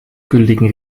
gültigen